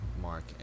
Mark